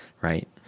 right